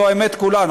זו האמת כולה,